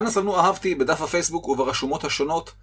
אנא סמנו אהבתי בדף הפייסבוק וברשומות השונות.